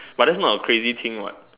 but that's not a crazy thing what